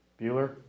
Bueller